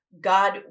God